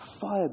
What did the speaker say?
fire